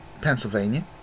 Pennsylvania